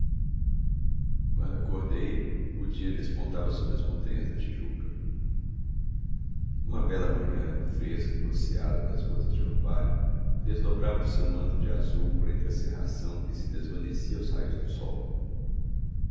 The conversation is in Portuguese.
quando acordei o dia despontava sobre as montanhas da tijuca uma bela manhã fresca e rociada das gotas de orvalho desdobrava o seu manto de azul por entre a cerração que se desvanecia aos raios do sol